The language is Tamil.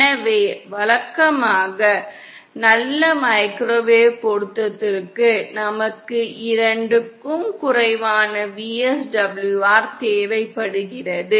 எனவே வழக்கமாக நல்ல மைக்ரோவேவ் பொருத்தத்திற்கு நமக்கு 2 க்கும் குறைவான VSWR தேவைப்படுகிறது